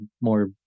more